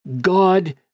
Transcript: God